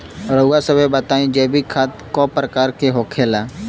रउआ सभे बताई जैविक खाद क प्रकार के होखेला?